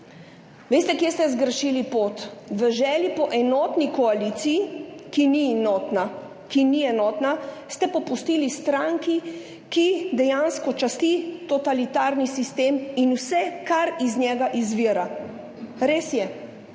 Veste, kje ste zgrešili pot? V želji po enotni koaliciji, ki ni enotna, ste popustili stranki, ki dejansko časti totalitarni sistem in vse, kar iz njega izvira. Res je,